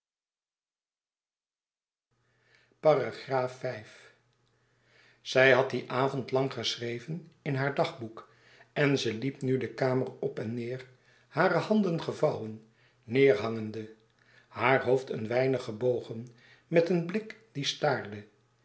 zij had dien avond lang geschreven in haar dagboek en ze liep nu de kamer op en neêr hare handen gevouwen neêrhangende haar hoofd een weinig gebogen met een blik die staarde